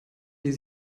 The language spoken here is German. die